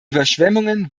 überschwemmungen